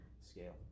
scale